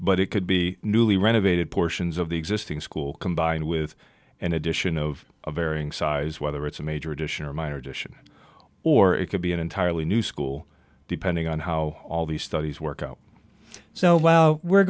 but it could be newly renovated portions of the existing school combined with an addition of a varying size whether it's a major addition or minor addition or it could be an entirely new school depending on how all the studies work oh so well we're